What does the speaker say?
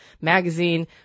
magazine